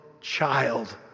child